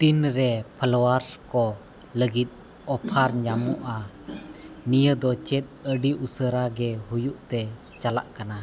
ᱛᱤᱱ ᱨᱮ ᱯᱷᱞᱟᱣᱟᱨᱥ ᱠᱚ ᱞᱟᱹᱜᱤᱫ ᱚᱯᱷᱟᱨ ᱧᱟᱢᱚᱜᱼᱟ ᱱᱤᱭᱟᱹ ᱫᱚ ᱪᱮᱫ ᱟᱹᱰᱤ ᱩᱥᱟᱹᱨᱟᱜᱮ ᱦᱩᱭᱩᱜ ᱛᱮ ᱪᱟᱞᱟᱜ ᱠᱟᱱᱟ